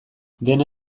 dena